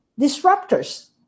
disruptors